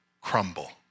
crumble